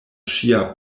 ŝia